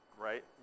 right